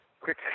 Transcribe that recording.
quick